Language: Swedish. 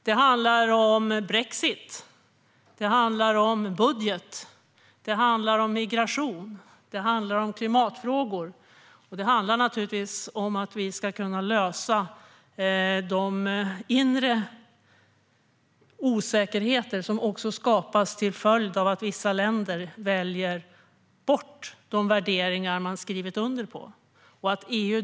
Det handlar om brexit, budget, migration, klimatfrågor och om att vi ska kunna lösa de inre osäkerheter som skapas till följd av att vissa länder väljer bort de värderingar som man har skrivet under på.